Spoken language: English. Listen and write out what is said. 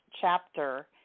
chapter